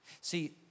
See